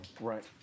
Right